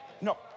No